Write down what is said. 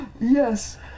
Yes